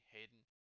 Hayden